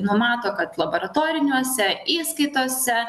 numato kad laboratoriniuose įskaitose